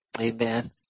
Amen